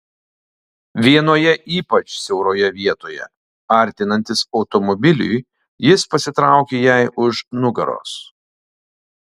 vienoje ypač siauroje vietoje artinantis automobiliui jis pasitraukė jai už nugaros